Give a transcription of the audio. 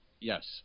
Yes